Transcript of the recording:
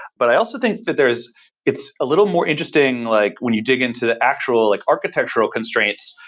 but i also think that there is it's a little more interesting like when you dig in to the actual architectural constraints,